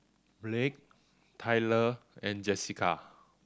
Blake Tyler and Jesica